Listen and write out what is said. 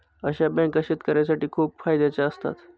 अशा बँका शेतकऱ्यांसाठी खूप फायद्याच्या असतात